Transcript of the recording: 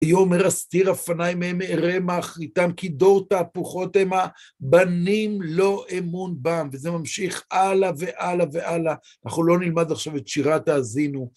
ויאמר אסתירה פני מהם אראה מה אחריתם כי דור תהפכת המה בנים לא אמן בם. וזה ממשיך הלאה והלאה והלאה, אנחנו לא נלמד עכשיו את שירת האזינו.